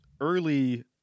early